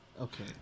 Okay